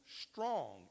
strong